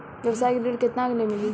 व्यवसाय ऋण केतना ले मिली?